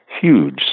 huge